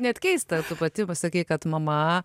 net keista pati pasakei kad mama